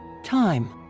time.